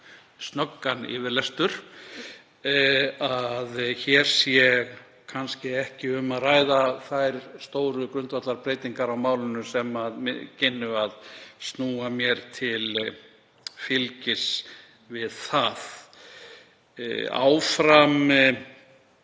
snöggan yfirlestur að hér sé kannski ekki um að ræða þær stóru grundvallarbreytingar á málinu sem kynnu að snúa mér til fylgis við það. Áfram